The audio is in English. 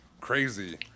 Crazy